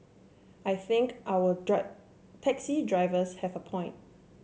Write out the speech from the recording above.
I think our taxi drivers have a point